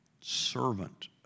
servant